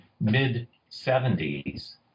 mid-70s